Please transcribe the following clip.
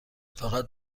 فقط